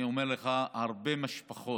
אני אומר לך, הרבה משפחות